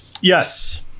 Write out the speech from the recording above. Yes